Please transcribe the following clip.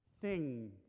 Sing